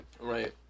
Right